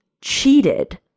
cheated